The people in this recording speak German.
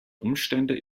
umstände